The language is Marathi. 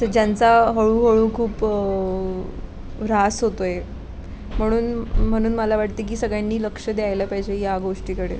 तर ज्यांचा हळूहळू खूप ऱ्हास होतो आहे म्हणून म्हणून मला वाटते की सगळ्यांनी लक्ष द्यायला पाहिजे या गोष्टीकडे